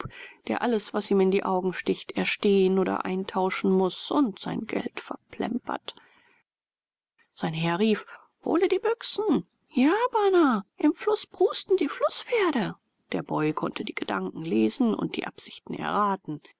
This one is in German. der alles was ihm in die augen sticht erstehen oder eintauschen muß und sein geld verplempert sein herr rief hole die büchsen ja bana im fluß prusten die flußpferde der boy konnte die gedanken lesen und die absichten erraten